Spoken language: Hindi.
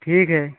ठीक है